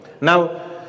Now